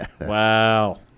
wow